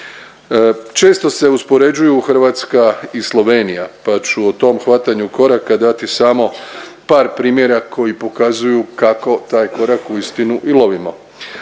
Često se uspoređuju Hrvatska i Slovenija, pa ću o tom hvatanju koraka dati samo par primjera koji pokazuju kako taj korak uistinu i lovimo.